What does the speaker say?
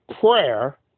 prayer